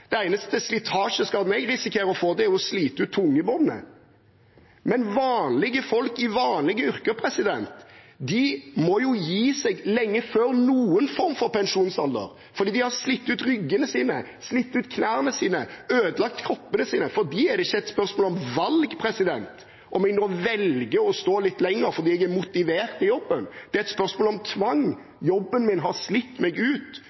eneste slitasjeskaden jeg risikerer å få, er jo å slite ut tungebåndet. Men vanlige folk i vanlige yrker må jo gi seg lenge før noen form for pensjonsalder fordi de har slitt ut ryggene sine, slitt ut knærne sine, ødelagt kroppene sine. For dem er det ikke et spørsmål om valg – å velge å stå litt lenger fordi de er motivert i jobben. Det er et spørsmål om tvang. Jobben har slitt dem ut.